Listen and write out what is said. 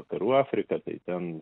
vakarų afriką tai ten